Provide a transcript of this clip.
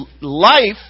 life